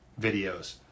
videos